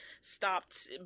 stopped